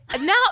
Now